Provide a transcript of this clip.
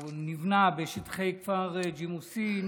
נבנה בשטחי כפר ג'מאסין